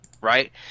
Right